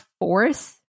force